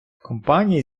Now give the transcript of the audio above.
компанії